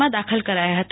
માં દાખલ કરાયાં હતા